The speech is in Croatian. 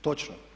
Točno.